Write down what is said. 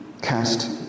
cast